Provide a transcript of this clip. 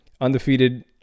undefeated